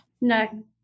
No